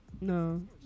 no